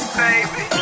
baby